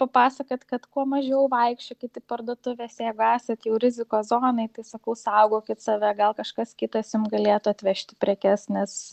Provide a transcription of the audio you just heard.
papasakot kad kuo mažiau vaikščiokit į parduotuves jeigu esat jau rizikos zonoj tai sakau saugokit save gal kažkas kitas jum galėtų atvežti prekes nes